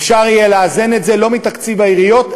אפשר יהיה לאזן את זה לא מתקציב העיריות,